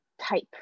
type